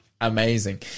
Amazing